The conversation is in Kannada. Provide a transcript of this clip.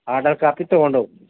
ಆರ್ಡರ್ ಕಾಪಿ ತೊಗೊಂಡು ಹೋಗು